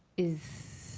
is,